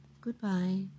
Goodbye